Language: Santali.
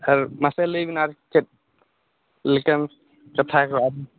ᱢᱟᱥᱮ ᱞᱟᱹᱭ ᱵᱤᱱ ᱟᱨ ᱪᱮᱫ ᱞᱮᱠᱟᱱ ᱠᱟᱛᱷᱟ ᱠᱚ ᱟᱨ